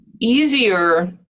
easier